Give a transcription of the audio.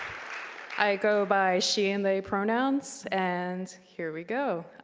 i go by she in the pronouns and here we go.